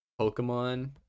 Pokemon